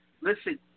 listen